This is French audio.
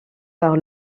par